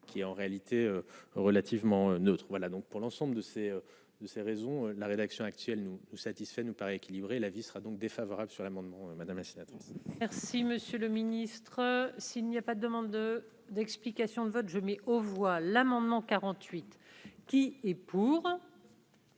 qui en réalité relativement neutre, voilà donc pour l'ensemble de ces, de ces raisons, la rédaction actuelle nous nous satisfait, nous paraît équilibré la vie sera donc défavorable sur l'amendement madame la sénatrice. Merci monsieur le ministre, s'il n'y a pas de demandes d'explications de vote, je mets aux voix l'amendement 48 qui est pour.